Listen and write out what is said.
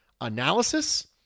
analysis